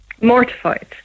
mortified